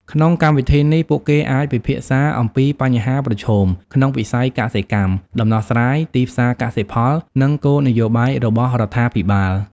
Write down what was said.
ក្នុងកម្មវិធីនេះ ពួកគេអាចពិភាក្សាអំពីបញ្ហាប្រឈមក្នុងវិស័យកសិកម្ម ដំណោះស្រាយ ទីផ្សារកសិផល និងគោលនយោបាយរបស់រដ្ឋាភិបាល។